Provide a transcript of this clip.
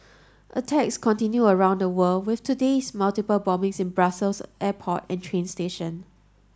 attacks continue around the world with today's multiple bombings in Brussels airport and train station